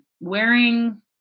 wearing